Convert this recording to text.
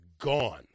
gone